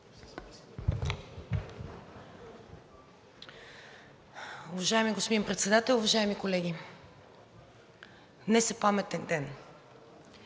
Уважаеми господин Председател, уважаеми колеги! Днес е паметен ден!